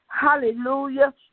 Hallelujah